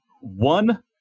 one